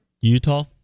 Utah